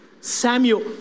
Samuel